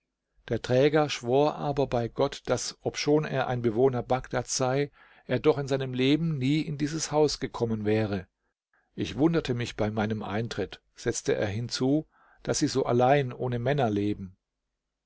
der träger schwor aber bei gott daß obschon er ein bewohner bagdads sei er doch in seinem leben nie in dieses haus gekommen wäre ich wunderte mich bei meinem eintritt setzte er hinzu daß sie so allein ohne männer lebten